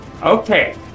Okay